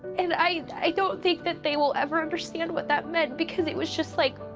and i don't think that they will ever understand what that meant because it was just like,